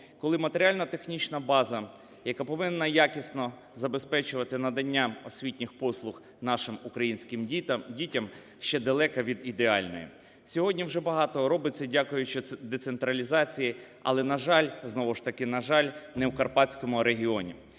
коли матеріально-технічна база, яка повинна якісно забезпечувати надання освітніх послуг нашим українським дітям, ще далека від ідеальної? Сьогодні вже багато робиться, дякуючи децентралізації, але, на жаль, знову ж таки, на жаль, не в Карпатському регіоні.